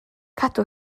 cadw